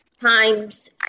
times